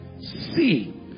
See